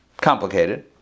complicated